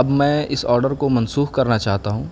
اب میں اس آرڈر کو منسوخ کرنا چاہتا ہوں